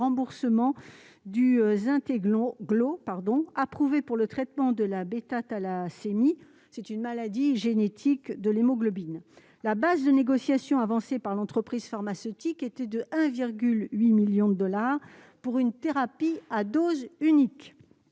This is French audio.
Glaus pardon approuvé pour le traitement de la bêta-thalassémie, c'est une maladie génétique de l'hémoglobine, la base de négociations avancées par l'entreprise pharmaceutique était de 1,8 millions de dollars pour une thérapie à dose unique